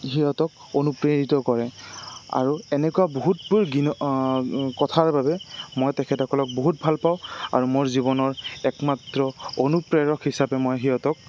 সিহঁতক অনুপ্ৰেৰিত কৰে আৰু এনেকুৱা বহুতবোৰ কথাৰ বাবে মই তেখেতসকলক বহুত ভাল পাওঁ আৰু মোৰ জীৱনৰ একমাত্ৰ অনুপ্ৰেৰক হিচাপে মই সিহঁতক